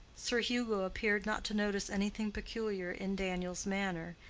sir hugo appeared not to notice anything peculiar in daniel's manner,